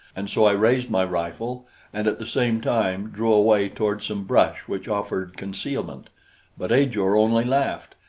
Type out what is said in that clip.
and so i raised my rifle and at the same time drew away toward some brush which offered concealment but ajor only laughed,